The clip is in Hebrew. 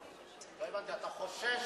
לא הבנתי, אתה חושד